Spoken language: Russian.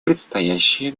предстоящие